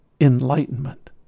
enlightenment